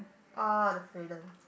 all the freedom